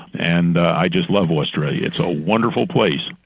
and i just love australia, it's a wonderful place.